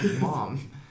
mom